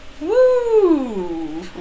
Woo